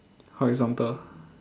horizontal